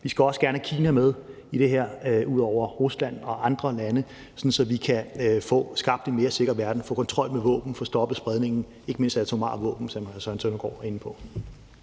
Vi skal også gerne have Kina med i det her ud over Rusland og andre lande, sådan at vi kan få skabt en mere sikker verden, få kontrol med våbnene, få stoppet spredningen, ikke mindst af atomare våben, som hr. Søren Søndergaard er inde på.